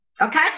Okay